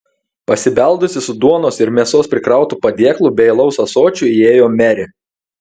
pasibeldusi su duonos ir mėsos prikrautu padėklu bei alaus ąsočiu įėjo merė